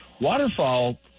waterfall